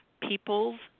People's